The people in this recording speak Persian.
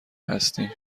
هستیم